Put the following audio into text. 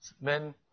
Men